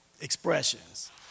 expressions